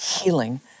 healing